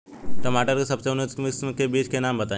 टमाटर के सबसे उन्नत किस्म के बिज के नाम बताई?